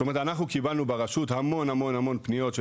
זאת אומרת אנחנו קיבלנו ברשות המון המון פניות של